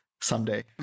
someday